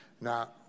Now